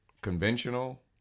conventional